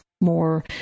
more